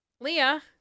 leah